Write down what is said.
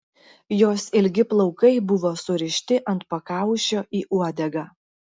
jos ilgi plaukai buvo surišti ant pakaušio į uodegą